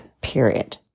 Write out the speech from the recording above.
period